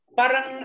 parang